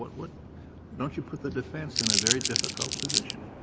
what don't you put the defense in a very difficult position?